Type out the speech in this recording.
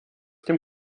dem